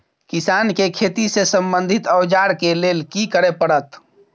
किसान के खेती से संबंधित औजार के लेल की करय परत?